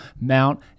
Mount